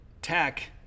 Tech